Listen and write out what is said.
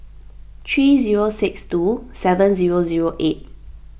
three zero six two seven zero zero eight